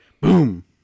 boom